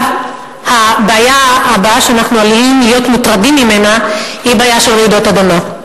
הבעיה שאנחנו עלולים להיות מוטרדים ממנה היא רעידות אדמה.